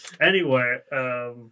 Anyway-